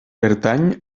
pertany